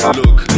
look